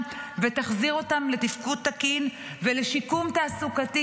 ותחזיר אותם לתפקוד תקין ולשיקום תעסוקתי,